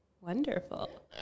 Wonderful